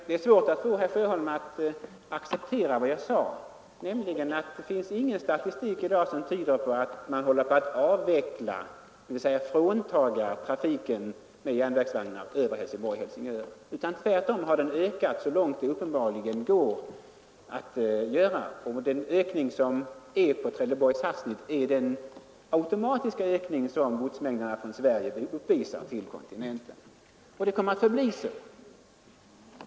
Det är svårt att få herr Sjöholm att acceptera vad jag sade, nämligen att det i dag inte finns någon statistik som tyder på att man håller på att avveckla trafiken med järnvägsvagnar mellan Helsingborg och Helsingör, utan att den tvärtom uppenbarligen har ökat så långt det går. Ökningen på sträckan Trelleborg—Sassnitz är en automatisk följd av den ökning som mängden gods från Sverige till kontinenten uppvisar. Och det kommer att förbli så.